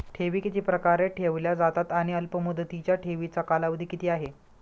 ठेवी किती प्रकारे ठेवल्या जातात आणि अल्पमुदतीच्या ठेवीचा कालावधी किती आहे?